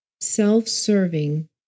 self-serving